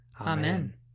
Amen